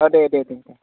हा औ दे दे ओं